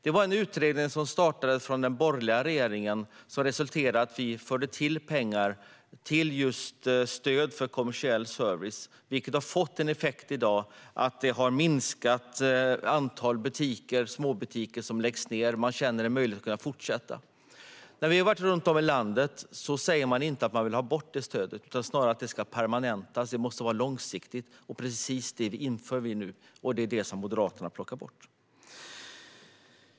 Det var en utredning som den borgerliga regeringen tillsatte som resulterade i att vi tillförde pengar till just stöd för kommersiell service. Effekten har blivit en minskning av antalet småbutiker som läggs ned. Man känner att det finns möjlighet att fortsätta. När vi har varit runt i landet har människor inte sagt att de vill ha bort detta stöd utan snarare att det ska permanentas. Det måste vara långsiktigt. Precis detta inför vi nu, och det är det Moderaterna plockar bort.